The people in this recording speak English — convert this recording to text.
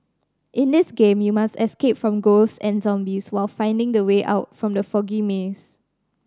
in this game you must escape from ghosts and zombies while finding the way out from the foggy maze